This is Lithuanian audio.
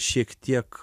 šiek tiek